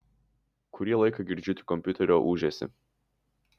kurį laiką girdžiu tik kompiuterio ūžesį